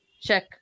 Check